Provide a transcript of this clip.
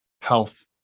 health